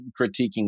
critiquing